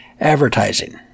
advertising